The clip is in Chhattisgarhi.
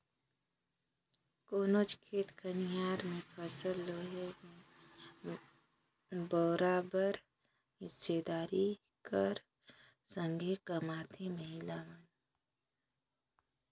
कोनोच खेत खाएर में फसिल लेहे में बरोबेर हिस्सादारी कर संघे कमाथें महिला मन